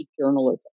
journalism